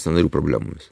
sąnarių problemomis